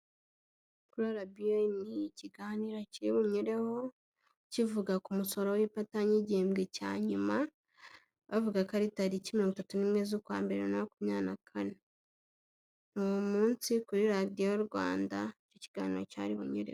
Kuri RBA ni ikiganiro kiri bunyureho kivuga ku musoro w'ipatanti y'igihembwe cya nyuma, bavuga ko ari tariki mirongo itatu n'imwe z'ukwa mbere bibiri na makumyabiri na kane, ni umunsi kuri radiyo Rwanda icyo kiganiro cyari bunyureho.